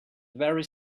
very